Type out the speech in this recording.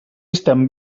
estem